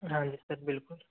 हाँ जी सर बिल्कुल